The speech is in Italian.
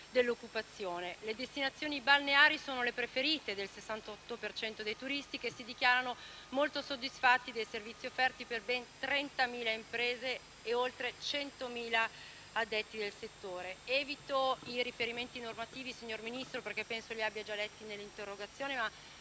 dell'occupazione. Le destinazioni balneari sono le preferite dal 68 per cento dei turisti, che si dichiarano molto soddisfatti dei servizi offerti, con ben 30.000 imprese e oltre 100.000 addetti nel settore. Signor Ministro, evito i riferimenti normativi, perché penso li abbia già letti nell'interrogazione.